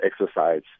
exercise